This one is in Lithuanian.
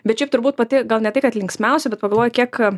bet šiaip turbūt pati gal ne tai kad linksmiausia bet pagalvoji kiek